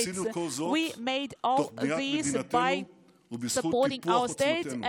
עשינו את כל זה תוך בניית מדינתנו ובזכות טיפוח עוצמתנו,